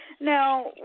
Now